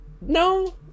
No